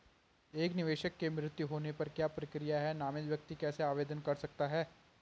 एक निवेशक के मृत्यु होने पर क्या प्रक्रिया है नामित व्यक्ति कैसे आवेदन कर सकता है?